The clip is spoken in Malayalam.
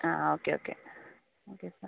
ആ ഓക്കെ ഓക്കെ ഓക്കെ സർ